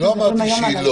אני לא אמרתי שהיא לא.